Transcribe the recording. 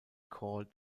called